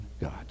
God